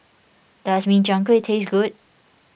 does Min Chiang Kueh taste good